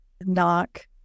knock